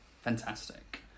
Fantastic